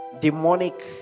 Demonic